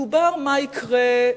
דובר מה יקרה,